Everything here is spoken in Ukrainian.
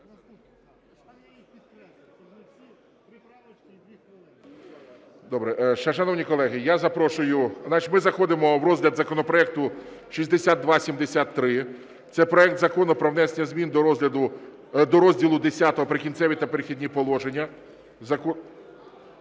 Добре. Шановні колеги, я запрошую... Значить, ми заходимо в розгляд законопроекту 6273 – це проект Закону про внесення змін до розділу Х "Прикінцеві та перехідні положення" Закону